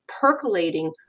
percolating